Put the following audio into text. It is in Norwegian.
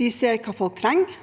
de ser hva folk trenger,